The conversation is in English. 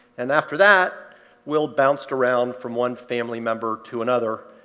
and after that will bounced around from one family member to another,